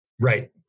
right